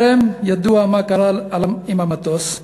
אז טרם היה ידוע מה קרה עם המטוס,